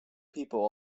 people